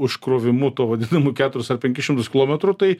užkrovimu tuo vadinamu keturis ar penkis šimtus kilometrų tai